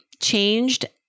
changed